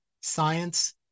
Science